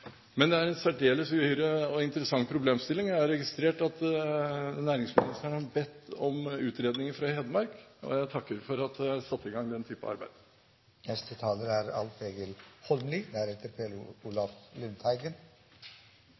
Det er en særdeles interessant problemstilling. Jeg har registrert at næringsministeren har bedt om utredninger fra Hedmark. Jeg takker for at det er satt i gang den typen arbeid.